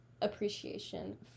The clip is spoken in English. appreciation